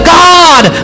god